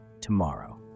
tomorrow